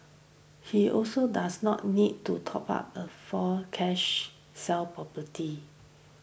he also does not need to top up a fall cash sell property